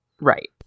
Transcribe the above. right